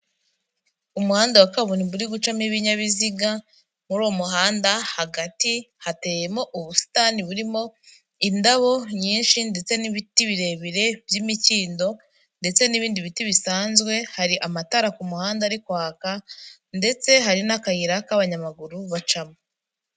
Umuhanda wa kaburimbo uri gucamo ibinyabiziga, muri uwo muhanda hagati hateyemo ubusitani burimo indabo nyinshi ndetse n'ibiti birebire by'imikindo, ndetse n'ibindi biti bisanzwe, hari amatara ku muhanda ari kwaka, ndetse hari n'akayira k'abanyamaguru bacamo.